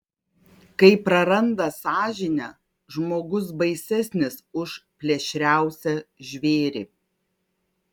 kai praranda sąžinę žmogus baisesnis už plėšriausią žvėrį